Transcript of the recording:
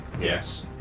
Yes